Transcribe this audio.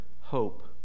hope